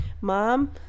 Mom